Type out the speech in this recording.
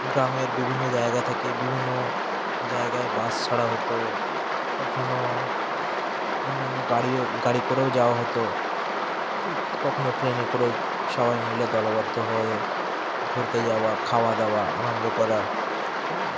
গ্রামের বিভিন্ন জায়গা থেকে বিভিন্ন জায়গায় বাস ছাড়া হতো কখনও অন্যান্য গাড়িও গাড়ি করেও যাওয়া হতো ঠিক কখনও ট্রেনে করে সবাই মিলে দলবদ্ধ হয়ে ঘুরতে যাওয়া খাওয়া দাওয়া আনন্দ করা